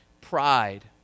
Pride